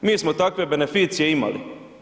Mi smo takve beneficije imali.